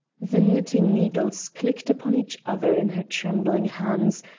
the knitting needles clicked upon each other in her trembling hands,